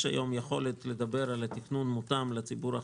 יש היום יכולת לדבר על תכנון מותאם לציבור החרדי.